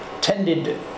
tended